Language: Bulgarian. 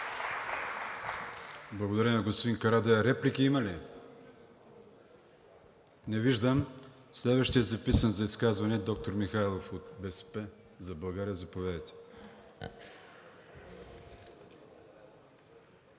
Благодаря на господин Карадайъ. Реплики има ли? Не виждам. Следващият записан за изказване – доктор Михайлов от „БСП за България“. Заповядайте.